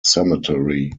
cemetery